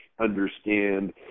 understand